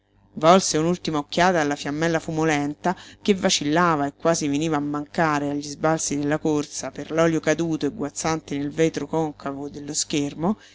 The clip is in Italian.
volse un'ultima occhiata alla fiammella fumolenta che vacillava e quasi veniva a mancare agli sbalzi della corsa per l'olio caduto e guazzante nel vetro concavo dello schermo